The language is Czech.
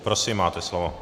Prosím, máte slovo.